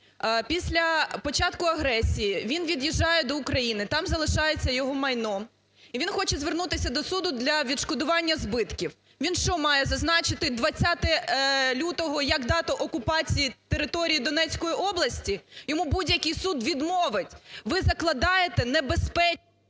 Після початку агресії він від'їжджає до України, там залишається його майно. І він хоче звернутися до суду для відшкодування збитків. Він, що має зазначити 20 лютого як дату окупації територій Донецької області? Йому будь-який суд відмовить, ви закладаєте… ГОЛОВУЮЧИЙ.